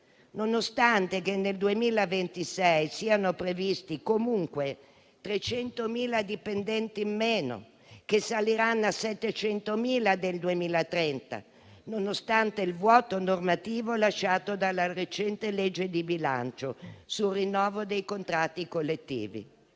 Nonostante nel 2026 siano previsti comunque 300.000 dipendenti in meno, che saliranno a 700.000 nel 2030; nonostante il vuoto normativo lasciato dalla recente legge di bilancio sul rinnovo dei contratti collettivi;